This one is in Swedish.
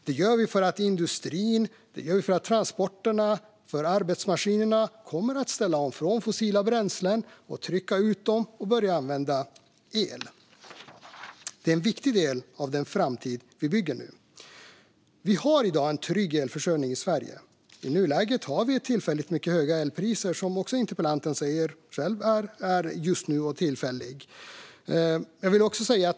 Det gör vi därför att industrin, transporterna och arbetsmaskinerna kommer att ställa om från fossila bränslen, trycka ut dem och börja använda el. Det är en viktig del av den framtid vi nu bygger. Vi har i dag en trygg elförsörjning i Sverige. I nuläget har vi tillfälligt mycket höga elpriser, vilka interpellanten själv säger är tillfälliga just nu.